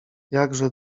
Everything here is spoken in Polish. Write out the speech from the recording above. jakże